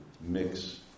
mix